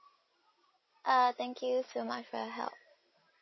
uh thank you so much for your help